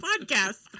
podcast